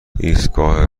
ایستگاه